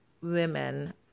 women